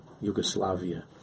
Yugoslavia